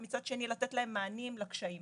ומצד שני לתת להם מענים לקשיים,